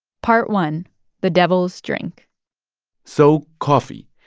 part one the devil's drink so coffee,